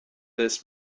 this